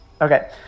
Okay